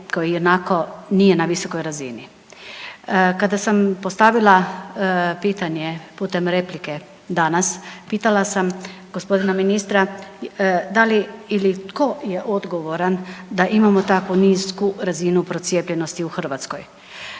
koje i onako nije na visokoj razini. Kada sam postavila pitanje putem replike danas, pitala sam g. ministra da li ili tko je odgovoran da imamo taku nisku razinu procijepljenosti u Hrvatskoj,